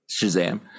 Shazam